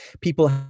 people